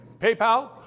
PayPal